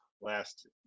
last